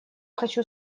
хочу